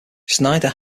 snyder